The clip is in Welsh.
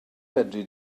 fedri